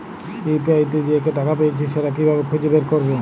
UPI তে যে টাকা পেয়েছি সেটা কিভাবে খুঁজে বের করবো?